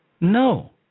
No